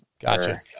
gotcha